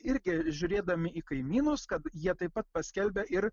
irgi žiūrėdami į kaimynus kad jie taip pat paskelbė ir